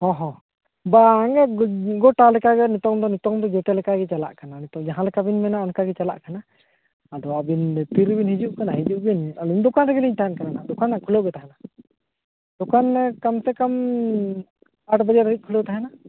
ᱦᱚᱸ ᱦᱚᱸ ᱵᱟᱝᱟ ᱜᱚᱴᱟ ᱞᱮᱠᱟᱜᱮ ᱱᱤᱛᱚᱜ ᱫᱚ ᱱᱤᱛᱚᱜ ᱫᱚ ᱡᱚᱛᱚ ᱞᱮᱠᱟ ᱜᱮ ᱪᱟᱞᱟᱜ ᱠᱟᱱᱟ ᱱᱤᱛᱚᱜ ᱡᱟᱦᱟᱸ ᱞᱮᱠᱟᱵᱮᱱ ᱢᱮᱱᱟ ᱚᱱᱠᱟ ᱜᱮ ᱪᱟᱞᱟᱜ ᱠᱟᱱᱟ ᱟᱫᱚ ᱟᱹᱵᱤᱱ ᱛᱤᱨᱤᱵᱤᱱ ᱦᱤᱡᱩᱜ ᱠᱟᱱᱟ ᱦᱤᱡᱩᱜ ᱵᱤᱱ ᱟᱹᱞᱤᱧ ᱫᱚᱠᱟᱱ ᱨᱮᱜᱮᱞᱤᱧ ᱛᱟᱦᱮᱱ ᱠᱟᱱᱟ ᱦᱟᱜ ᱫᱚᱠᱟᱱ ᱦᱟᱜ ᱠᱷᱩᱞᱟᱹᱣᱜᱮ ᱛᱟᱦᱮᱱᱟ ᱫᱚᱠᱟᱱ ᱠᱚᱢᱥᱮ ᱠᱚᱢ ᱟᱸᱴ ᱵᱟᱡᱮ ᱫᱷᱟᱹᱵᱤᱡ ᱠᱷᱩᱞᱟᱹᱣ ᱛᱟᱦᱮᱱᱟ